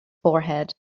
forehead